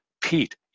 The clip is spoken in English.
Pete